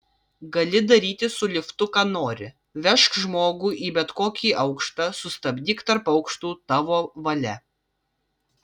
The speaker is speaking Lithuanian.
gali daryti su liftu ką nori vežk žmogų į bet kokį aukštą sustabdyk tarp aukštų tavo valia